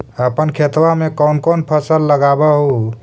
अपन खेतबा मे कौन कौन फसल लगबा हू?